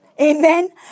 Amen